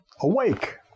Awake